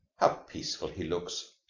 how peaceful he looks.